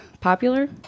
popular